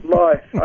life